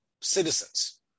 citizens